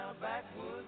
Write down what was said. Backwoods